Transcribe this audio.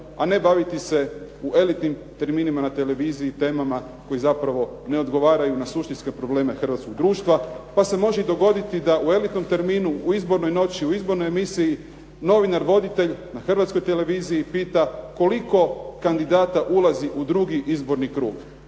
a ne baviti se u elitnim terminima na televiziji temama koje zapravo ne odgovaraju na suštinske probleme Hrvatskog društva. Pa se može dogoditi da u elitnom terminu u izbornoj noći, u izbornoj emisiji novinar-voditelj na Hrvatskoj televiziji pita koliko kandidata ulazi u drugi izborni klub.